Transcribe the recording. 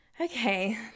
Okay